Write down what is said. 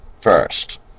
First